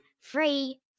Free